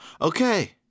Okay